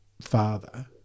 father